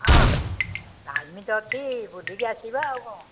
ହଁ ଟାଇମ୍ ତ ଅଛି ବୁଲିକି ଆସିବା ଆଉ କ'ଣ